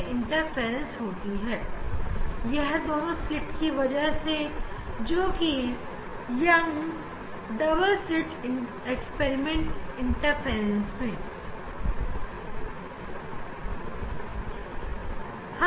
यहां हमें इंटरफ्रेंस इसलिए देखने को मिल रही है क्योंकि यह दोनों slit Young double slit experiment की तरह व्यवहार कर रही हैं